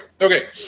okay